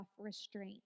restraint